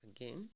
again